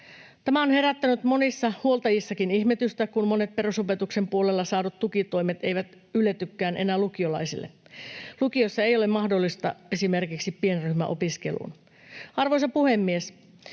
Tämä on herättänyt monissa huoltajissakin ihmetystä, kun monet perusopetuksen puolella saadut tukitoimet eivät yletykään enää lukiolaisille. Lukiossa ei ole mahdollista esimerkiksi pienryhmäopiskeluun. Arvoisa puhemies!